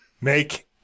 Make